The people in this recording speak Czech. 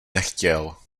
nechtěl